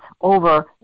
over